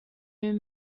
new